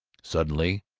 suddenly,